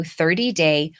30-day